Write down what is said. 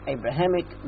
Abrahamic